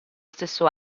stesso